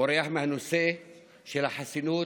בורח מהנושא של החסינות,